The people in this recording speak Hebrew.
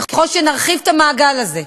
ככל שנרחיב את המעגל הזה.